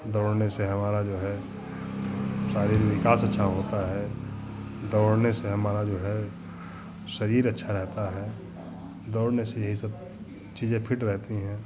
दौड़ने से हमारा जो है शारीरिक विकास अच्छा होता है दौड़ने से हमारा जो है शरीर अच्छा रहता है दौड़ने से यही सब चीज़ें फ़िट रहती हैं